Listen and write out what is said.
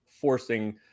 forcing